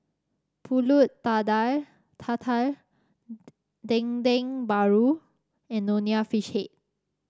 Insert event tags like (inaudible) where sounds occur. pulut (unintelligible) tatal Dendeng Paru and Nonya Fish Head